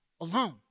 alone